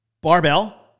Barbell